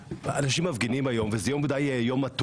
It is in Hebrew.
אנשים מפגינים היום וזה יום די מתוח.